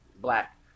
black